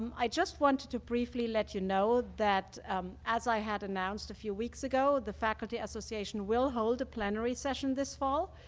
i just wanted to briefly let, you know, that as i had announced a few weeks ago, the faculty association will hold a plenary session this fall.